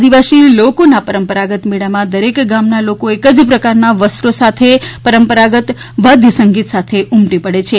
આદિવાસી લોકોના પરંપરાગત મેળામાં દરેક ગામના લોકો એક જ પ્રકારના વસ્ત્રો સાથે પરંપરાગત વાદ્ય સંગીત સાથે ઉમટી પડે છે